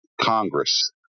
Congress